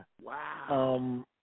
Wow